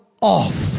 off